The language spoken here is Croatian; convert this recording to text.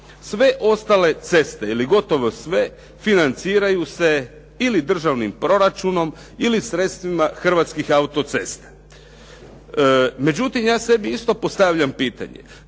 Sve ostale ceste ili gotovo sve financiraju se ili državnim proračunom ili sredstvima Hrvatskih autocesta. Međutim, ja sebi isto postavljam pitanje